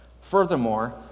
Furthermore